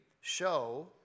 show